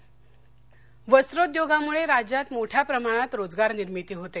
वरख्रोद्योग वस्रोद्योगामुळे राज्यात मोठ्या प्रमाणात रोजगार निर्मिती होते